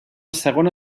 segona